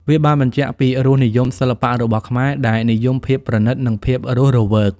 វាបានបញ្ជាក់ពីរសនិយមសិល្បៈរបស់ខ្មែរដែលនិយមភាពប្រណិត និងភាពរស់រវើក។